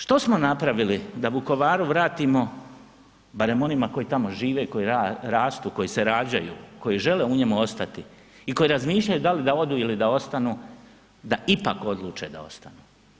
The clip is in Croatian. Što smo napravili da Vukovaru vratimo, barem onima koji tamo žive i koji rastu, koji se rađaju, koji žele u njemu ostati i koji razmišljaju da li da odu ili da ostanu, da ipak odluče da ostanu?